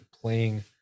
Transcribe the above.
playing